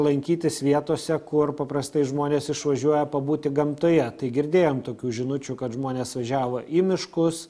lankytis vietose kur paprastai žmonės išvažiuoja pabūti gamtoje tai girdėjom tokių žinučių kad žmonės važiavo į miškus